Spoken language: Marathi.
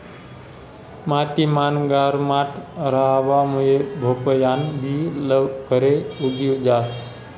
माती मान गरमाट रहावा मुये भोपयान बि लवकरे उगी जास